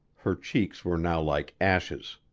her cheeks were now like ashes.